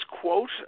quote